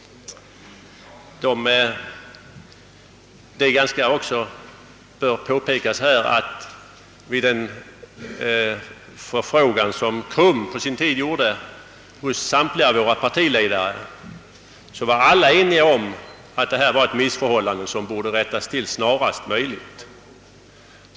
Det bör i detta sammanhang även påpekas att vid en förfrågan som KRUM på sin tid gjorde var samtliga partiledare eniga om att det härvidlag föreligger ett missförhållande som borde rättas till snarast möjligt.